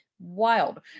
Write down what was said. Wild